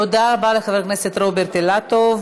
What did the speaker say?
תודה רבה לחבר הכנסת רוברט אילטוב.